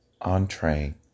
entree